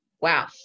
wow